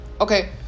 Okay